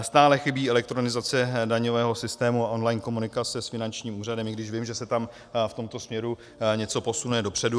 Stále chybí elektronizace daňového systému online komunikace s finančním úřadem, i když vím, že se tam v tomto směru něco posune dopředu.